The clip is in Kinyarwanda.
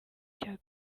cya